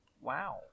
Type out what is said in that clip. Wow